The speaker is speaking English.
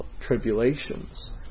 tribulations